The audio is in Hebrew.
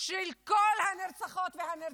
של כל הנרצחות והנרצחים.